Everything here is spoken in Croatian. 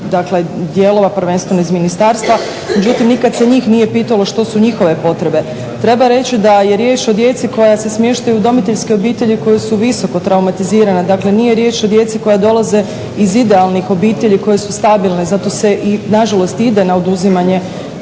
dakle dijelova prvenstveno iz ministarstva. Međutim, nikad se njih nije pitalo što su njihove potrebe. Treba reći da je riječ o djeci koja se smještaju u udomiteljske obitelji koja su visoko traumatizirana. Dakle, nije riječ o djeci koja dolaze iz idealnih obitelji koje su stabilne. Zato se i na žalost ide na oduzimanje